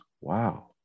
Wow